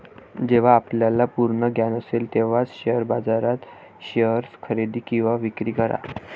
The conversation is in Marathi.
जेव्हा आपल्याला पूर्ण ज्ञान असेल तेव्हाच शेअर बाजारात शेअर्स खरेदी किंवा विक्री करा